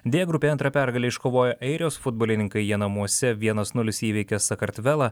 d grupėje antrą pergalę iškovojo airijos futbolininkai jie namuose vienas nulis įveikė sakartvelą